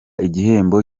igihembo